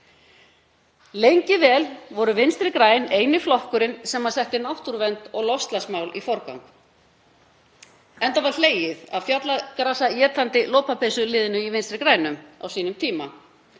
Lengi vel voru Vinstri græn eini flokkurinn sem setti náttúruvernd og loftslagsmál í forgang, enda var hlegið að fjallagrasaétandi lopapeysuliðinu í Vinstri grænum á sínum tíma.